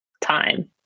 time